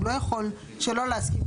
הוא לא יכול שלא להסכים.